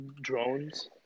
drones